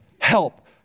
help